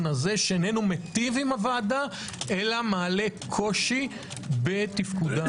הזה שאינו מיטיב עם הוועדה אלא מעלה קושי בתפקודה.